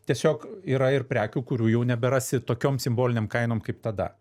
tiesiog yra ir prekių kurių jau neberasi tokiom simbolinėm kainom kaip tada